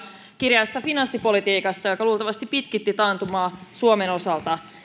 kireästä finanssipolitiikasta joka luultavasti pitkitti taantumaa suomen osalta